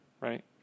right